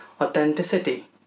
authenticity